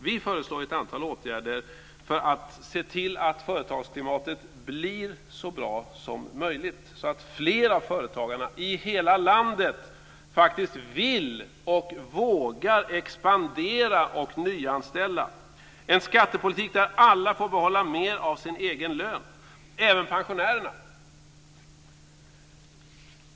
Vi föreslår ett antal åtgärder för att se till att företagsklimatet blir så bra som möjligt så att fler av företagarna i hela landet faktiskt vill och vågar expandera och nyanställa. Vi vill ha en skattepolitik där alla får behålla mer av sin egen lön, även pensionärerna.